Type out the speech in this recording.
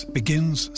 begins